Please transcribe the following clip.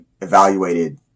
evaluated